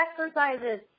exercises